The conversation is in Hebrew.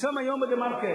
התפרסמו היום ב"דה-מרקר",